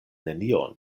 nenion